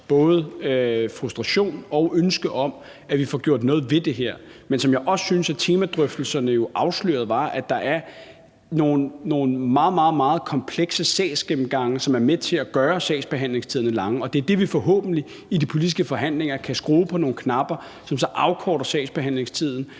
frustration og spørgerens ønske om, at vi får gjort noget ved det her. Men jeg synes også, at temadrøftelserne jo afslørede, at der er nogle meget, meget komplekse sagsgennemgange, som er med til at gøre sagsbehandlingstiderne lange, og det er der, vi forhåbentlig i de politiske forhandlinger kan skrue på nogle knapper, som så afkorter sagsbehandlingstiden